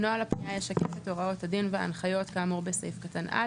נוהל הפנייה ישקף את הוראות הדין וההנחיות כאמור בסעיף קטן (א),